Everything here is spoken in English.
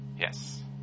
Yes